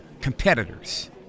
competitors